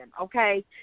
Okay